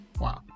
Wow